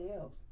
else